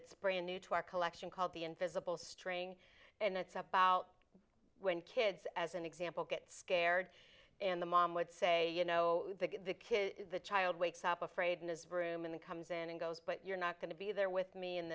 it's brand new to our collection called the invisible string and it's about when kids as an example get scared and the mom would say no the kid is the child wakes up afraid in his room and comes and goes but you're not going to be there with me